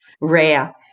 rare